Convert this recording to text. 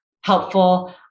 helpful